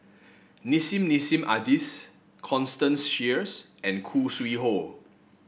Nissim Nassim Adis Constance Sheares and Khoo Sui Hoe